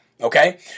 okay